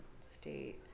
state